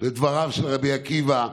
לדבריו של רבי עקיבא,